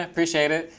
appreciate it.